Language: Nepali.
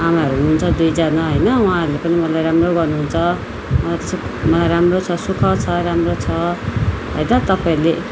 आमाहरू हुनु हुन्छ दुइजना होइन उहाँहरूले पनि मलाई राम्रो गर्नु हुन्छ मलाई सु मलाई राम्रो छ सुख छ राम्रो छ होइन तपाईँहरूले